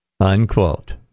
Unquote